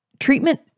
treatment